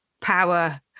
power